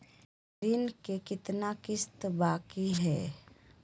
ऋण के कितना किस्त बाकी है?